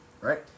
right